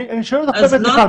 אני שואל עכשיו את מיכל.